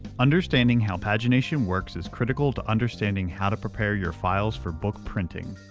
understanding how pagination works is critical to understanding how to prepare your files for book printing.